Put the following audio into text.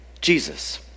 Jesus